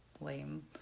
Lame